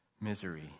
misery